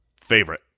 favorite